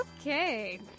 Okay